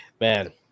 Man